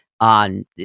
on